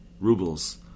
rubles